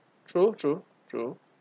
true true true